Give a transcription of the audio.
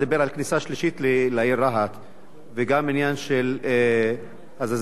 וגם על עניין הזזת הרמזור של צומת בית-קמה.